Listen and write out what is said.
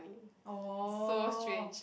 oh